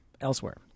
elsewhere